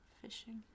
fishing